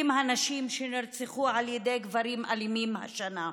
הנשים שנרצחו על ידי גברים אלימים השנה,